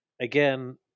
Again